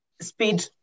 speed